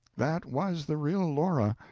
that was the real laura,